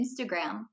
Instagram